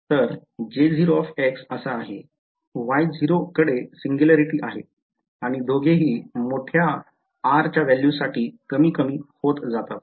तर असा आहे आणि Y0 कडे सिंग्युलॅरिटी आहे आणि दोघेही मोठ्या r साठी कमी कमी होत जातात